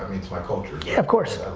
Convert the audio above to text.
it's my culture of course.